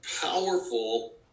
powerful